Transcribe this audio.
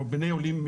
או בני עולים,